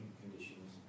conditions